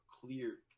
clear